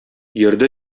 йөрде